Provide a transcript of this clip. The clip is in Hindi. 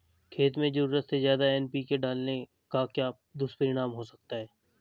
खेत में ज़रूरत से ज्यादा एन.पी.के डालने का क्या दुष्परिणाम हो सकता है?